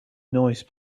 noise